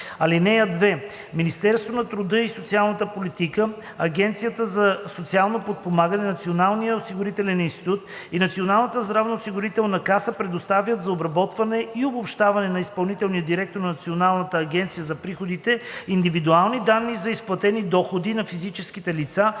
(2) Министерството на труда и социалната политика, Агенцията за социално подпомагане, Националният осигурителен институт и Националната здравноосигурителна каса предоставят за обработване и обобщаване на изпълнителния директор на Националната агенция за приходите индивидуални данни за изплатени доходи на физическите лица